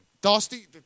Dusty